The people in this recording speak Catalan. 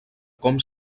com